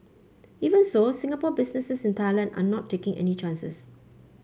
even so Singapore businesses in Thailand are not taking any chances